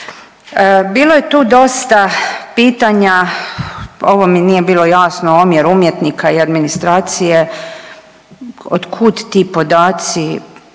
Bilo je tu dosta pitanja, ovo mi nije bilo jasno, omjer umjetnika i administracije, od kud ti podaci,